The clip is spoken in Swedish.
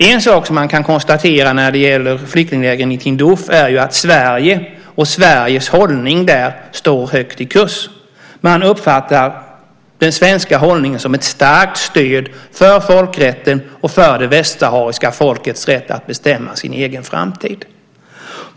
En sak som man kan konstatera när det gäller de lägren är att Sverige och Sveriges hållning där står högt i kurs. Man uppfattar den svenska hållningen som ett starkt stöd för folkrätten och för det västsahariska folkets rätt att bestämma om sin egen framtid.